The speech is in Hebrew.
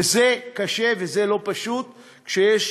וזה קשה, וזה לא פשוט, כשיש